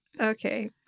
Okay